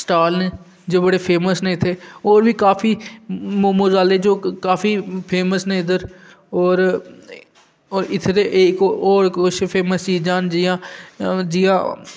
stall न जो बड़े फेमस न इत्थै ओह् बी काफी मोमोज आह्ले जो क क काफी फेमस न इद्धर होर और इत्थै दे इक होर किश फेमस चीजां न जि'यां जि'यां